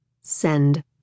send